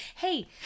Hey